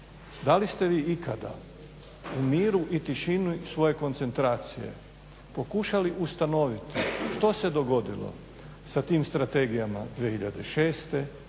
da li ste vi ikada u miru i tišini svoje koncentracije pokušali ustanoviti što se dogodilo sa tim strategijama 2006., 2007.,